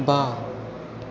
बा